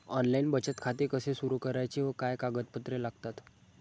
Online बचत खाते कसे सुरू करायचे व काय कागदपत्रे लागतात?